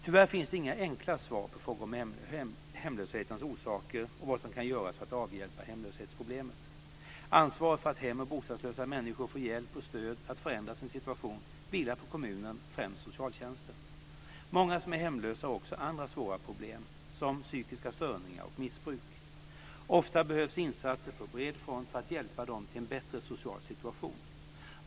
Tyvärr finns det inga enkla svar på frågor om hemlöshetens orsaker och vad som kan göras för att avhjälpa hemlöshetsproblemet. Ansvaret för att hem och bostadslösa människor får hjälp och stöd att förändra sin situation vilar på kommunen, främst socialtjänsten. Många som är hemlösa har också andra svåra problem, som psykiska störningar och missbruk. Ofta behövs insatser på bred front för att hjälpa dem till en bättre social situation.